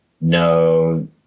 no